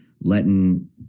letting